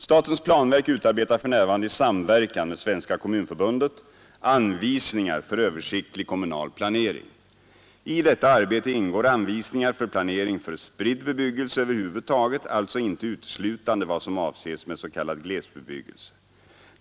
Statens planverk utarbetar för närvarande i samverkan med Svenska kommunförbundet anvisningar för översiktlig kommunal planering. I detta arbete ingår anvisningar för planering för spridd bebyggelse över huvud taget, alltså inte uteslutande vad som avses med s.k. glesbebyggelse.